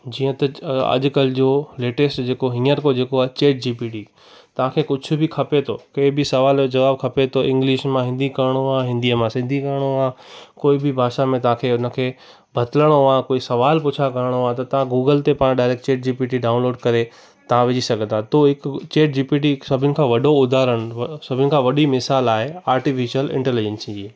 जीअं त अॼुकल्ह जो लेटेस्ट जेको हींअर को जेको आहे चैट जीपीटी तव्हांखे कुझ बि खपे थो कंहिं बि सवाल जो जवाब खपे थो इंग्लिश मां हिंदी करिणो आहे हिंदीअ मां सिंधी करिणो कोई बि भाषा में तव्हांखे उन खे बदिलणो आहे कोई सवालु पुछा करिणो आहे त तां गूगल ते पाण डायरेक्ट चैट जीपीटी डाउनलोड करे तव्हां विझी सघंदा त उहो हिकु चैट जीपीटी हिकु सभीनि खां वॾो उदहारण सभीनि खां वॾी मिसाल आहे आर्टीफिशल इंटलीजंसी जी